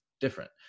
different